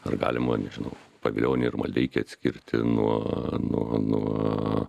ar galima nežinau pavilionį ir maldeikį atskirti nuo nuo nuo